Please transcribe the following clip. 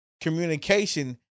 communication